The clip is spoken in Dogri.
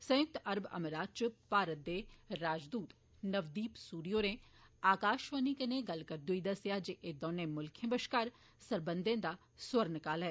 संयुक्त अरब अमारात इच भारत दे राजदूत नवदीप सूरी होरें आकाशवाणी कन्नै गल्ल करदे होई दस्सेआ जे एह् दौनें मुल्खें बश्कार सरबंघें दा स्वर्ण काल ऐ